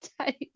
type